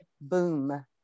boom